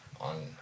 on